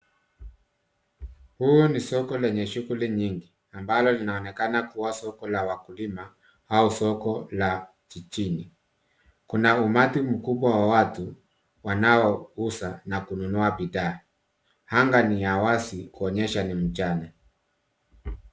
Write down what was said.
Huu ni soko lenye shughuli nyingi ambalo linaonekana kuwa soko la wakulima au soko la jijini . Kuna umati mkubwa wa watu wanaouza na kununua bidhaa. Anga ni la wazi kuonyesha ni mchana.